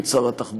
את שר התחבורה.